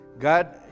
God